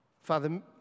Father